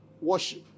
worship